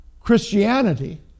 Christianity